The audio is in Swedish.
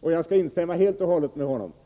Jag instämmer helt och hållet med honom.